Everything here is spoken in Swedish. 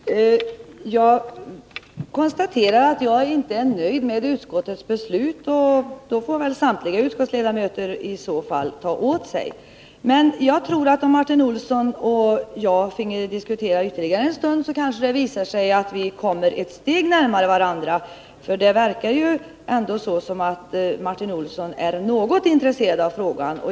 Herr talman! Jag konstaterar att jag inte är nöjd med utskottets beslut, och då får väl samtliga utskottsledamöter ta åt sig. Men jag tror att om Martin Olsson och jag finge diskutera ytterligare en stund, skulle det visa sig att vi kommer ett steg närmare varandra. Det förefaller ändå som om Martin Olsson är något intresserad av frågan.